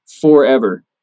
forever